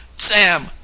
Sam